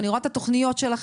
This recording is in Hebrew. אני רואה את התוכניות שלכם.